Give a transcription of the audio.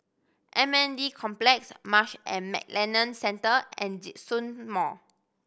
M N D Complex Marsh and McLennan Centre and Djitsun Mall